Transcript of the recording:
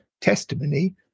testimony